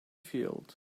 field